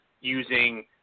using